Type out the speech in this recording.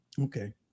okay